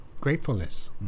gratefulness